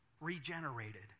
regenerated